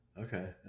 Okay